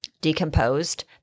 decomposed